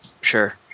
Sure